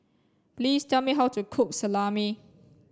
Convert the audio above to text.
please tell me how to cook Salami